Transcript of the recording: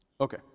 Okay